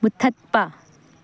ꯃꯨꯊꯠꯄ